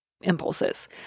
impulses